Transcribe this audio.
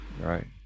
Right